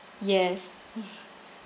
yes